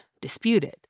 disputed